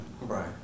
Right